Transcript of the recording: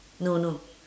no no